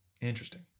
Interesting